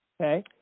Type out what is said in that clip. Okay